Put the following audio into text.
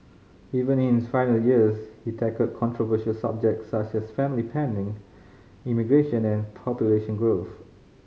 even in his final years he tackled controversial subjects such as family planning immigration and population growth